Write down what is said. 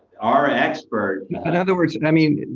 our expert in other words, i mean,